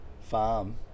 farm